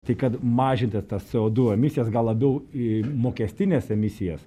tai kad mažinti tas c o du emisijas gal labiau į mokestines emisijas